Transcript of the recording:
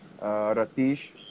Ratish